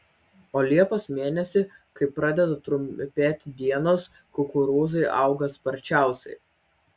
o liepos mėnesį kai pradeda trumpėti dienos kukurūzai auga sparčiausiai